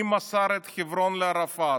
מי מסר את חברון לערפאת?